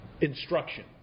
instruction